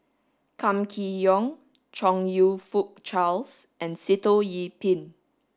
Kam Kee Yong Chong You Fook Charles and Sitoh Yih Pin